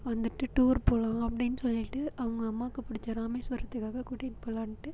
வந்துட்டு டூர் போகலாம் அப்படின்னு சொல்லிட்டு அவங்க அம்மாவுக்கு பிடித்த ராமேஷ்வரத்துக்காக கூட்டிட்டு போகலான்ட்டு